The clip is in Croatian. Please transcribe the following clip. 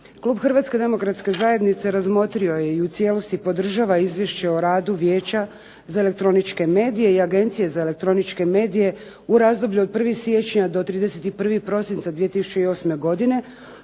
Klub Hrvatske demokratske zajednice razmotrio je u cijelosti podržava Izvješće o radu Vijeća za elektroničke medije i Agencije za elektroničke medije u razdoblju od 1. siječnja do 31. prosinca 2008. godine,